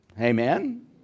Amen